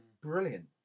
brilliant